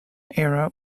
era